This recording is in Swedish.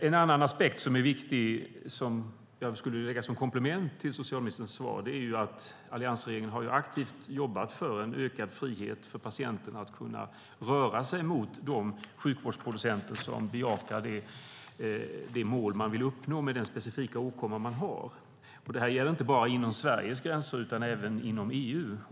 En annan aspekt som är viktig, som jag skulle vilja lägga som komplement till socialministerns svar, är att alliansregeringen har aktivt jobbat för en ökad frihet för patienten att kunna röra sig mot de sjukvårdsproducenter som bejakar det mål man vill uppnå med den specifika åkomma man har. Det gäller inte bara inom Sveriges gränser utan även inom EU.